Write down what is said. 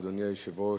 אדוני היושב-ראש,